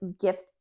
gift